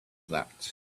that